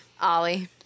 Ollie